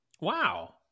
Wow